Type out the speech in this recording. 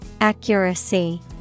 Accuracy